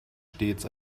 stets